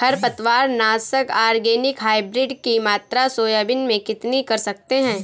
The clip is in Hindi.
खरपतवार नाशक ऑर्गेनिक हाइब्रिड की मात्रा सोयाबीन में कितनी कर सकते हैं?